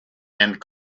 and